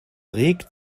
regt